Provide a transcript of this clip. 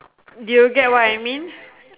do you get what I mean